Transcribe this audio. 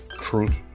truth